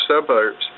suburbs